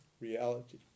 reality